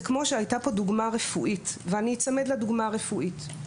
זה כמו שהייתה פה דוגמה רפואית ואני אצמד לדוגמה הרפואית.